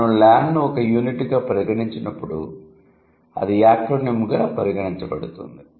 మనం LAN ను ఒక యూనిట్గా పరిగణించినప్పుడు అది యాక్రోనిమ్గా పరిగణించబడుతుంది